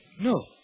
No